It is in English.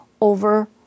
over